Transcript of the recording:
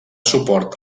suport